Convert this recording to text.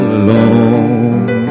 alone